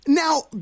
Now